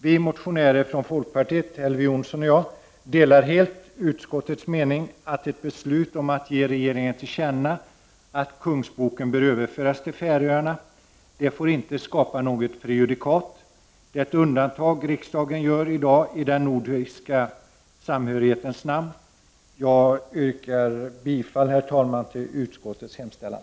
Vi motionärer från folkpartiet, dvs. Elver Jonsson och jag, delar helt utskottets mening, nämligen att ett beslut om att ge regeringen till känna att Kungsboken bör överföras till Färöarna inte får skapa ett prejudikat. Det är ett undantag som riksdagen i dag gör i den nordiska samhörighetens namn. Jag yrkar, herr talman, bifall till utskottets hemställan.